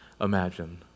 imagine